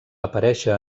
aparèixer